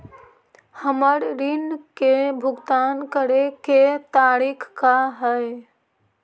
हमर ऋण के भुगतान करे के तारीख का हई?